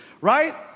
right